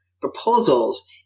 proposals